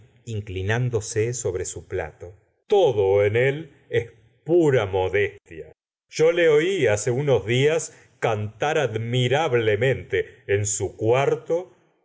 inclinándose sobre su plato todo en él es pura modestia yo le of hace unos días cantar admirablemente en su cuarto